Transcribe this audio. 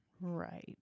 right